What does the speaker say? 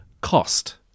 cost